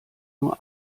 nur